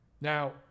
Now